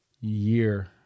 year